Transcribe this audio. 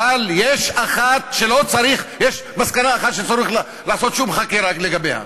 אבל יש מסקנה אחת שלא צריך לעשות שום חקירה לגביה,